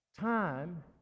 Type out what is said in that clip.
time